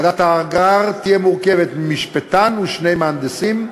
ועדת הערר תהיה מורכבת ממשפטן ושני מהנדסים.